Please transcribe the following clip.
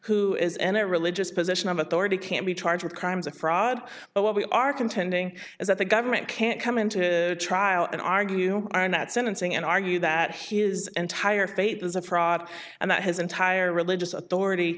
who is an a religious position of authority can't be charged with crimes of fraud but what we are contending is that the government can't come into trial and argue that sentencing and argue that he is entire faith is a fraud and that his entire religious authority